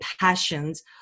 passions